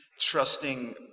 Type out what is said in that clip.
Trusting